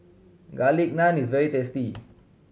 Garlic Naan is very tasty